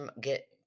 get